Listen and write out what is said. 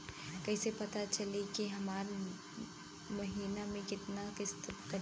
कईसे पता चली की हमार महीना में कितना किस्त कटी?